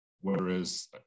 Whereas